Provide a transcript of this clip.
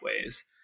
ways